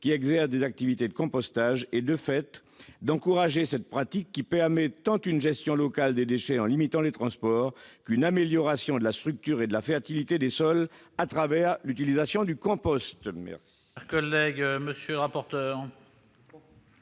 qui exercent des activités de compostage et, de fait, à encourager cette pratique : elle permet non seulement une gestion locale des déchets, en limitant les transports, mais aussi une amélioration de la structure et de la fertilité des sols, à travers l'utilisation du compost. Quel